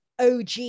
OG